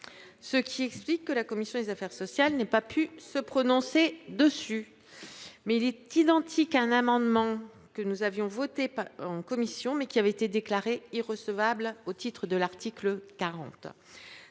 ; c’est pourquoi la commission des affaires sociales n’a pas pu se prononcer à son sujet. Cependant, il est identique à un amendement que nous avions voté en commission et qui avait été déclaré irrecevable au titre de l’article 40